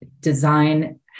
design